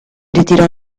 ritirò